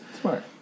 smart